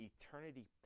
eternity